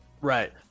Right